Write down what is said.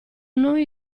noi